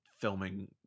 filming